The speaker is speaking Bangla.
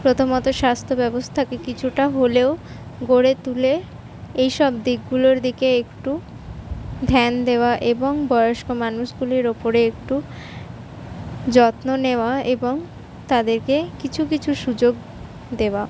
প্রথমত স্বাস্থ্য ব্যবস্থাকে কিছুটা হলেও গড়ে তুলে এইসব দিকগুলোর দিকে একটু ধ্যান দেওয়া এবং বয়স্ক মানুষগুলির উপরে একটু যত্ন নেওয়া এবং তাদেরকে কিছু কিছু সুযোগ দেওয়া